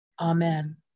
amen